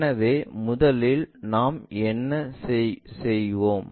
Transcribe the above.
எனவே முதலில் நாம் என்ன செய்வோம்